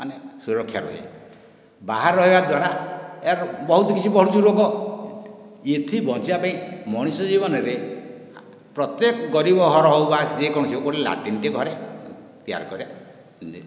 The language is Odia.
ମାନେ ସୁରକ୍ଷା ରହିବ ବାହରେ ରହିବା ଦ୍ୱାରା ଏହାର ବହୁତ କିଛି ବଢ଼ୁଛି ରୋଗ ଏଥି ବଞ୍ଚିବା ପାଇଁ ମଣିଷ ଜୀବନ ରେ ପ୍ରତ୍ୟେକ ଗରିବ ଘର ହେଉ ବା ଯେକୌଣସି ଗୋଟିଏ ଲାଟ୍ରିନ୍ ଟିଏ ଘରେ ତିଆରି କରିବା ଜରୁରୀ